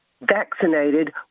vaccinated